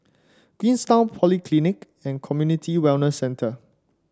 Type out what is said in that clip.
Queenstown Polyclinic and Community Wellness Centre